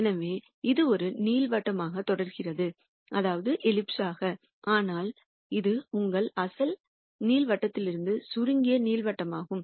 எனவே இது ஒரு நீள்வட்டமாகத் தொடர்கிறது ஆனால் இது உங்கள் அசல் நீள்வட்டத்திலிருந்து சுருங்கிய ஒரு நீள்வட்டமாகும்